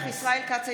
אינו נוכח ישראל כץ,